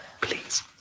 please